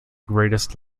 greatest